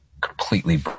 completely